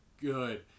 good